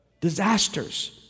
Disasters